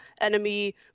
enemy